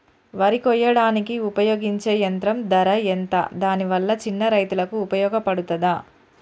వరి కొయ్యడానికి ఉపయోగించే యంత్రం ధర ఎంత దాని వల్ల చిన్న రైతులకు ఉపయోగపడుతదా?